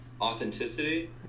authenticity